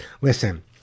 Listen